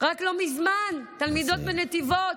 רק לא מזמן תלמידות מנתיבות,